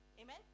Amen